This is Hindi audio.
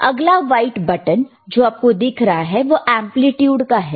तो अगला वाइट बटन जो आपको दिख रहा है वह एंप्लीट्यूड का है